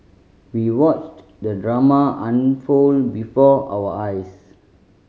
we watched the drama unfold before our eyes